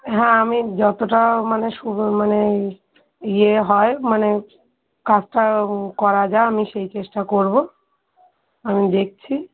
হ্যাঁ আমি যতটা মানে সু মানে ইয়ে হয় মানে কাজটা করা যায় আমি সেই চেষ্টা করব আমি দেখছি